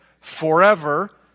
forever